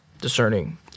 discerning